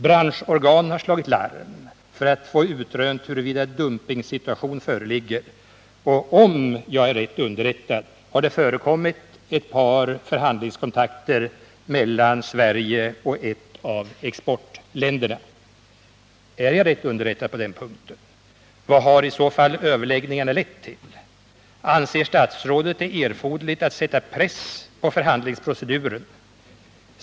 Branschorgan har slagit larm för att få utrönt huruvida dumpingsituation föreligger, och om jag är rätt underrättad har det förekommit ett par förhandlingskontakter mellan Sverige och ett av exportländerna. Är jag rätt underrättad på den punkten? Vad har i så fall överläggningarna lett till? Anser statsrådet det erforderligt att sätta press på förhandlingsproceduren?